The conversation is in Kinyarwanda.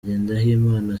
ngendahimana